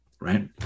right